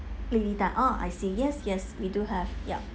lily tan ah I see yes yes we do have yup